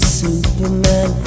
superman